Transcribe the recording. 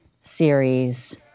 series